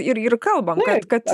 ir ir kalbam kad